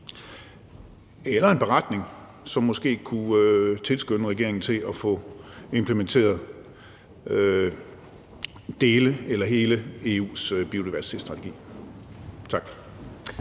skrive en beretning, som måske kan tilskynde regeringen til at få implementeret dele af eller hele EU's biodiversitetsstrategi. Tak.